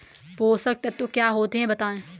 पोषक तत्व क्या होते हैं बताएँ?